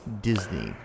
Disney